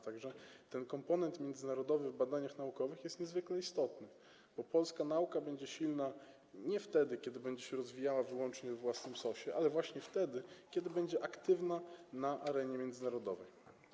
Tak że ten komponent międzynarodowy w badaniach naukowych jest niezwykle istotny, bo polska nauka będzie silna nie wtedy, kiedy będzie się rozwijała wyłącznie we własnym sosie, ale właśnie wtedy, kiedy będzie aktywna na arenie międzynarodowej.